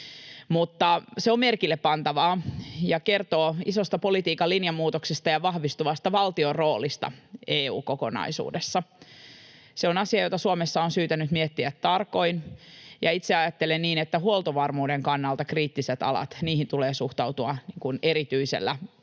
se on merkillepantavaa ja kertoo isosta politiikan linjanmuutoksesta ja vahvistuvasta valtion roolista EU-kokonaisuudessa. Se on asia, jota Suomessa on syytä nyt miettiä tarkoin. Itse ajattelen niin, että huoltovarmuuden kannalta kriittisiin aloihin tulee suhtautua erityisellä